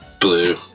Blue